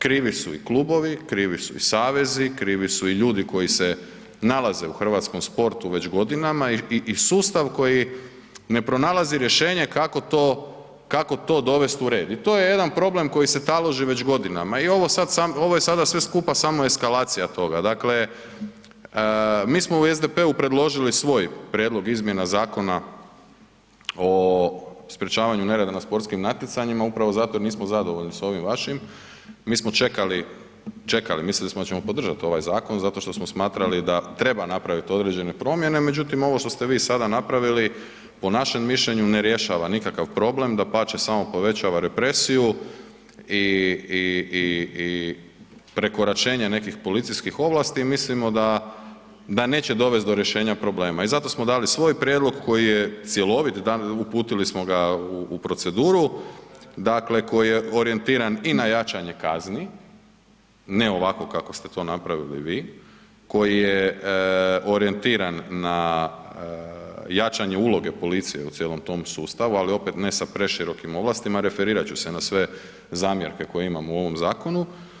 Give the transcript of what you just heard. Krivi su i klubovi, krivi su i savezi, krivi su i ljudi koji se nalaze u hrvatskom sportu već godinama i sustav koji ne pronalazi rješenje kako to dovesti u red i to je jedan problem koji se taloži već godinama i ovo sad, ovo je sada sve skupa samo eskalacija toga, dakle, mi smo u SDP-u predložili svoj prijedlog izmjena Zakona o sprječavanju nereda na sportskim natjecanjima upravo zato jer nismo zadovoljni s ovim vašim, mi smo čekali, čekali, mislili smo da ćemo podržati ovaj zakon zato što smo smatrali da treba napravit određene promjene, međutim ovo što ste vi sada napravili, po našem mišljenju, ne rješava nikakav problem, dapače samo povećava represiju i, i, i, i prekoračenje nekih policijskih ovlasti, mislimo da, da neće dovest do rješenja problema i zato smo dali svoj prijedlog koji je cjelovit, uputili smo ga u proceduru, dakle koji je orijentiran i na jačanje kazni, ne ovako kako ste to napravili vi, koji je orijentiran na jačanje uloge policije u cijelom tom sustavu, ali opet ne sa preširokim ovlastima, referirat ću se na sve zamjerke koje imamo u ovom zakonu.